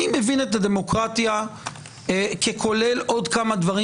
אני מבין את הדמוקרטיה ככוללת עוד כמה דברים,